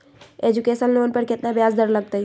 Education loan पर केतना ब्याज दर लगतई?